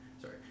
Sorry